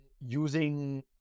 using